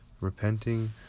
Repenting